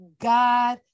God